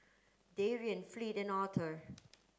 Darion Fleet and Authur